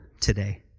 today